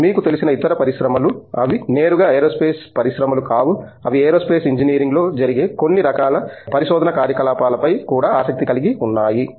మీకు తెలిసిన ఇతర పరిశ్రమలు అవి నేరుగా ఏరోస్పేస్ పరిశ్రమలు కావు అవి ఏరోస్పేస్ ఇంజనీరింగ్లో జరిగే కొన్ని రకాల పరిశోధన కార్యకలాపాలపై కూడా ఆసక్తి కలిగి ఉన్నాయా